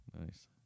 Nice